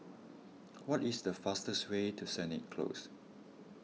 what is the fastest way to Sennett Close